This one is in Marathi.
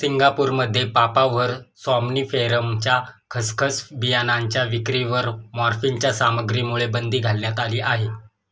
सिंगापूरमध्ये पापाव्हर सॉम्निफेरमच्या खसखस बियाणांच्या विक्रीवर मॉर्फिनच्या सामग्रीमुळे बंदी घालण्यात आली आहे